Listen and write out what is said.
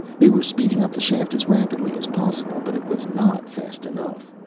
they were speeding up the shaft as rapidly as possible, but it was not fast enough.